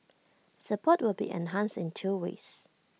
support will be enhanced in two ways